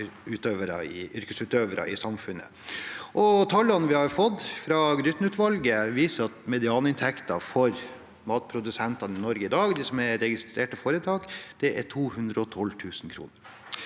yrkesutøvere i samfunnet. Tallene vi har fått fra Grytten-utvalget, viser at medianinntekten for matprodusentene i Norge i dag – de som er registrerte foretak – er 212 000 kr.